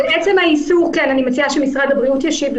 על עצם האיסור אני מציעה שמשרד הבריאות ישיב.